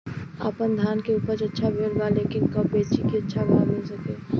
आपनधान के उपज अच्छा भेल बा लेकिन कब बेची कि अच्छा भाव मिल सके?